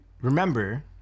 Remember